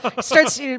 Starts